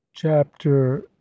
Chapter